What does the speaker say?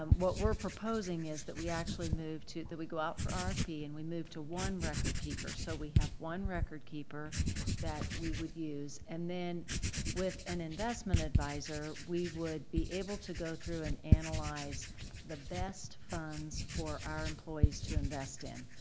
um what we're proposing is that we actually move to that we go out for rfp and and we move to one record keeper, so we have one record keeper that we would use and then with an investment advisor, we would be able to go through and analyze the best funds for our employees to invest in.